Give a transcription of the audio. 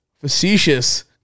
facetious